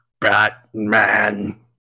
Batman